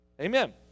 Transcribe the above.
Amen